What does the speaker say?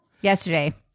Yesterday